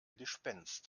gespenst